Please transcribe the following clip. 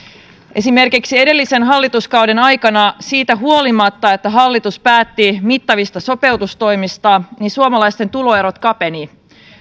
esimerkiksi edellisen hallituskauden aikana siitä huolimatta että hallitus päätti mittavista sopeutustoimista suomalaisten tuloerot kapenivat